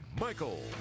Michael